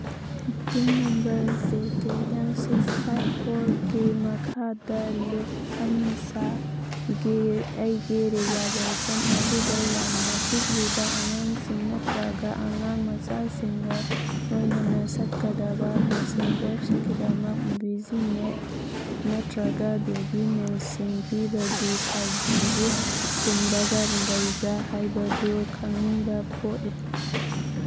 booking number J K L six five ꯐꯣꯔꯒꯤ ꯃꯈꯥꯗ ꯂꯨꯐꯊꯟꯁꯥꯒꯤ ꯑꯩꯒꯤ ꯔꯤꯖꯥꯔꯚꯦꯁꯟ ꯑꯗꯨꯗ ꯌꯥꯝꯅ ꯄꯤꯛꯂꯤꯕ ꯑꯉꯥꯡꯁꯤꯡ ꯅꯠꯇ꯭ꯔꯒ ꯑꯉꯥꯡ ꯃꯆꯥꯁꯤꯡꯒ ꯂꯣꯏꯅꯅ ꯆꯠꯀꯗꯕ ꯃꯦꯁꯦꯟꯖꯔꯁꯤꯡꯒꯤꯗꯃꯛ ꯚꯤꯖꯤꯅꯦꯠ ꯅꯠꯇ꯭ꯔꯒ ꯕꯦꯕꯤ ꯃꯤꯜꯛꯁꯤꯡ ꯄꯤꯕꯒꯤ ꯁꯔꯚꯤꯁꯀꯨꯝꯕꯒ ꯂꯩꯕ꯭ꯔꯥ ꯍꯥꯏꯕꯗꯨ ꯈꯪꯅꯤꯡꯕ ꯄꯣꯛꯏ